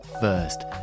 first